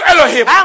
Elohim